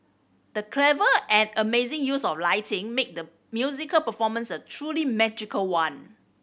the clever and amazing use of lighting made the musical performance a truly magical one